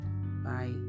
bye